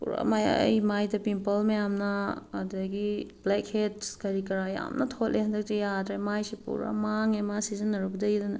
ꯄꯨꯔꯥ ꯑꯩ ꯃꯥꯏꯗ ꯄꯤꯝꯄꯜ ꯃꯌꯥꯝꯅ ꯑꯗꯒꯤ ꯕ꯭ꯂꯦꯛ ꯍꯦꯠꯁ ꯀꯔꯤ ꯀꯔꯥ ꯌꯥꯝꯅ ꯊꯣꯛꯂꯛꯑꯦ ꯍꯟꯗꯛꯇꯤ ꯌꯥꯗ꯭ꯔꯦ ꯃꯥꯏꯁꯦ ꯄꯨꯔꯥ ꯃꯥꯡꯉꯦ ꯃꯥ ꯁꯤꯖꯤꯟꯅꯔꯨꯕꯗꯒꯤ ꯑꯗꯨꯅ